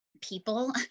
people